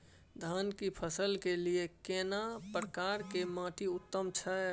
धान की फसल के लिये केना प्रकार के माटी उत्तम छै?